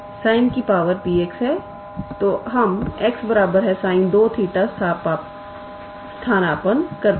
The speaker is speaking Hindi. तो हम 𝑥 sin2𝜃 स्थानापन्न करते हैं